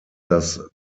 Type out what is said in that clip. das